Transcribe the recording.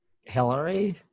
Hillary